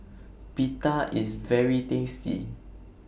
Pita IS very tasty